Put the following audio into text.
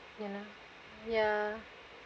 ya ya